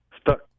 stuck